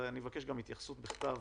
ואני גם אבקש התייחסות בכתב